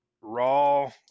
Raw